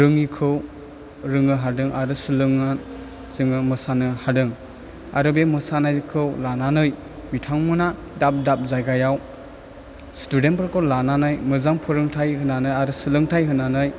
रोंयिखौ रोंनो हादों आरो सोलोंनो जोङो मोसानो हादों आरो बे मोसानायखौ लानानै बिथांमोना दाब दाब जायगायाव स्टुदेन्टफोरखौ लानानै मोजां फोरोंथाय होनानै आरो सोलोंथाइ होनानै